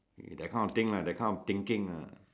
that kind of thing lah that kind of thinking lah